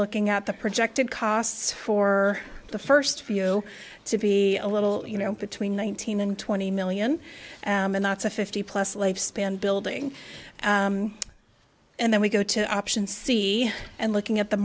looking at the projected costs for the first few to be a little you know between nineteen and twenty million and that's a fifty plus life span building and then we go to option c and looking at the